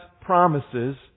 promises